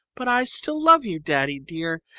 but i still love you, daddy dear,